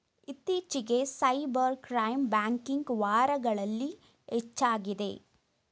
ಇತ್ತೀಚಿಗೆ cyber crime banking ವಾರಗಳಲ್ಲಿ ಹೆಚ್ಚಾಗಿದೆ